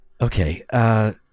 Okay